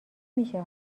میشه